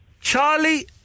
Charlie